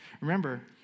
Remember